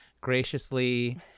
graciously